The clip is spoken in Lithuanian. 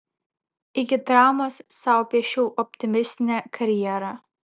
iki traumos sau piešiau optimistinę karjerą